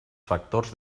factors